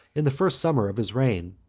in the first summer of his reign,